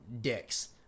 dicks